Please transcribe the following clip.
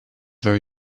very